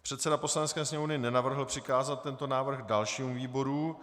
Předseda Poslanecké sněmovny nenavrhl přikázat tento návrh dalšímu výboru.